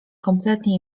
kompletnie